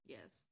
Yes